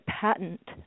patent